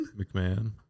McMahon